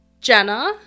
Jenna